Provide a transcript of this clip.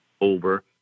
over